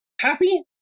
Happy